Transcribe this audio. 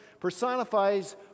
personifies